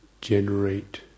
generate